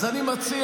אז אני מציע,